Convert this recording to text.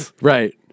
Right